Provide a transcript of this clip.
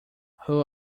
who